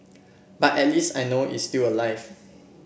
but at least I know is still alive